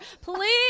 Please